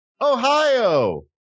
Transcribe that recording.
Ohio